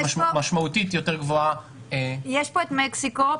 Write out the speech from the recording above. משמעותית יותר גבוהה --- יש פה את מקסיקו,